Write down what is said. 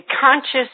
conscious